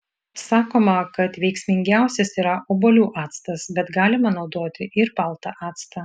sakoma kad veiksmingiausias yra obuolių actas bet galima naudoti ir baltą actą